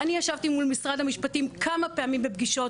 אני ישבתי מול משרד המשפטים כמה פעמים בפגישות,